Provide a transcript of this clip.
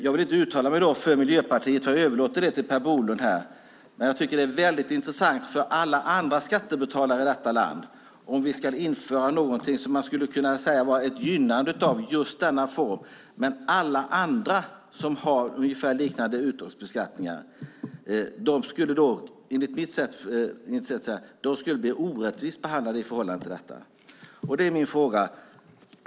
Jag vill inte uttala mig för Miljöpartiet, utan jag överlåter det till Per Bolund. Det är dock intressant för alla andra skattebetalare i landet att veta om vi ska införa något som man skulle kunna säga är ett gynnande av just denna form men där alla andra som har liknande uttagsbeskattning skulle bli orättvist behandlade i förhållande till detta.